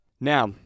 Now